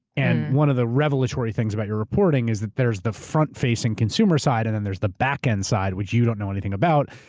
and one of the revelatory things about your reporting is that there's the front facing consumer side and then there's the backend side, which you don't know anything about.